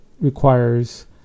requires